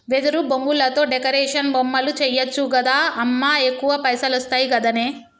వెదురు బొంగులతో డెకరేషన్ బొమ్మలు చేయచ్చు గదా అమ్మా ఎక్కువ పైసలొస్తయి గదనే